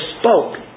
spoke